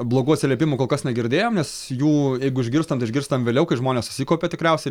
blogų atsiliepimų kol kas negirdėjom nes jų jeigu išgirstam tai išgirstam vėliau kai žmonės susikaupia tikriausiai